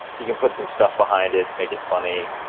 you can put some stuff behind it make it funny.